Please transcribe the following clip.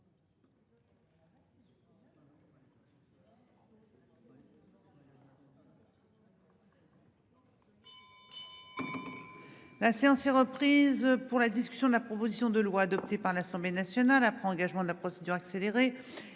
La séance est reprise pour la discussion de la proposition de loi adoptée par l'Assemblée nationale a pris un engagement de la procédure accélérée